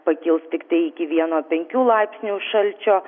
pakils tiktai iki vieno penkių laipsnių šalčio